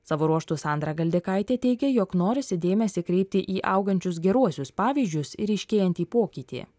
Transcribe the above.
savo ruožtu sandra galdikaitė teigia jog norisi dėmesį kreipti į augančius geruosius pavyzdžius ir ryškėjantį pokytį